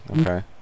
okay